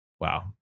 Wow